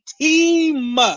team